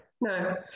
No